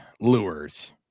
lures